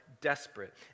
desperate